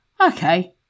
okay